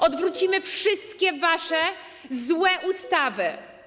Odwrócimy wszystkie wasze złe ustawy.